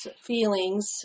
feelings